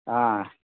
आँए